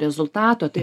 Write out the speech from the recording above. rezultato tai